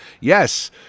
yes